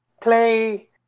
play